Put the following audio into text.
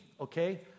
okay